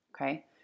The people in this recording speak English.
Okay